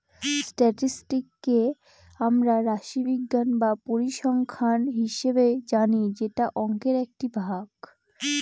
স্ট্যাটিসটিককে আমরা রাশিবিজ্ঞান বা পরিসংখ্যান হিসাবে জানি যেটা অংকের একটি ভাগ